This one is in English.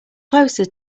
closer